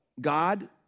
God